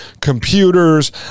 computers